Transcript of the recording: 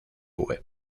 web